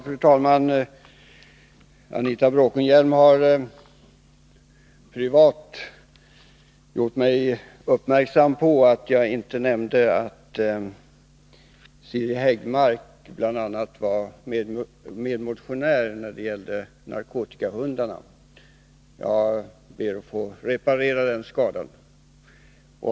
Fru talman! Anita Bråkenhielm har privat gjort mig uppmärksam på att jag inte nämnde att bl.a. Siri Häggmark var medmotionär när det gäller narkotikahundarna. Tag ber att få reparera den skadan.